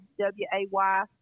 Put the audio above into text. W-A-Y